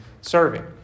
serving